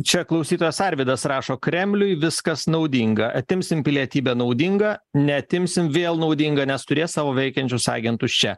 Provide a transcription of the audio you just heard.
čia klausytojas arvydas rašo kremliui viskas naudinga atimsim pilietybę naudinga neatimsim vėl naudinga nes turės savo veikiančius agentus čia